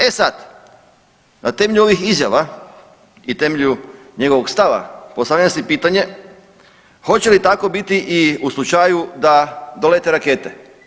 E sad, na temelju ovih izjava i temelju njegovog stava postavljam si pitanje hoće li tako biti i u slučaju da dolete rakete.